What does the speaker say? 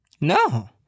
No